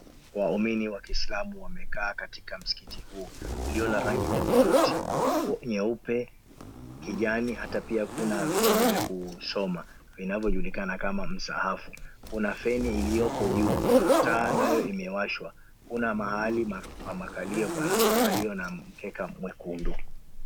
Waumini wa kiislamu wamekaa katika msikiti huu ulio na rangi tofauti; nyeupe, kijani hata pia kuna vitabu vya kusoma vinavyojulikana kama msaafu. Kuna feni ilioko juu. Taa nayo imewashwa. Kuna mahali pa kukalia palipo na mkeka mwekundu.